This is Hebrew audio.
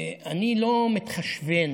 ואני לא מתחשבן,